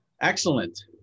Excellent